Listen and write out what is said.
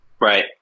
right